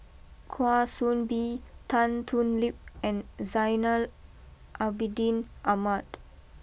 Kwa Soon Bee Tan Thoon Lip and Zainal Abidin Ahmad